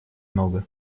много